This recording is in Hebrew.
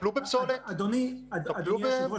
טפלו בפסולת --- אדוני היושב-ראש,